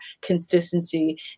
consistency